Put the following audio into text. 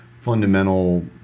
fundamental